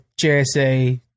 JSA